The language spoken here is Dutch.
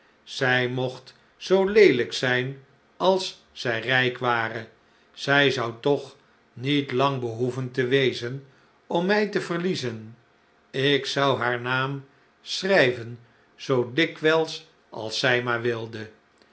zij mocht zoo leelijk zijn als zij rijk ware zij zou toch niet bang belioeven te wezen om mij te verliezen ik zou haar naam schrijven zoo dikwijls als zij maar wilde